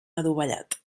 adovellat